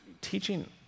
teaching